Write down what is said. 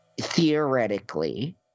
theoretically